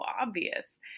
obvious